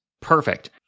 Perfect